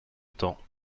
temps